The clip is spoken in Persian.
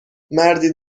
مردی